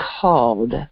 called